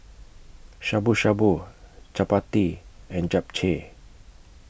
Shabu Shabu Chapati and Japchae